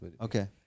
okay